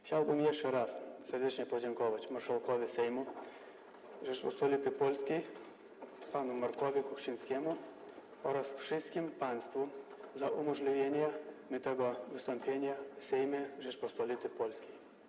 Chciałbym jeszcze raz serdecznie podziękować marszałkowi Sejmu Rzeczypospolitej Polskiej panu Markowi Kuchcińskiemu oraz wszystkim państwu za umożliwienie mi wystąpienia w Sejmie Rzeczypospolitej Polskiej.